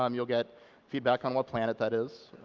um you'll get feedback on what planet that is,